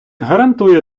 гарантує